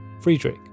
Friedrich